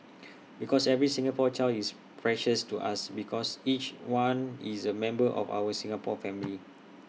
because every Singapore child is precious to us because each one is A member of our Singapore family